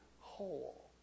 whole